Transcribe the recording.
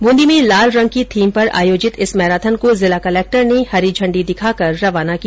ब्रंदी में लालरंग की थीम पर आयोजित इस मैराथन को जिला कलेक्टर ने हरी झंडी दिखाकर रवाना किया